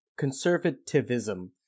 conservativism